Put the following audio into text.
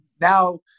now